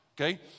okay